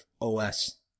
OS